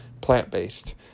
plant-based